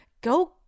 go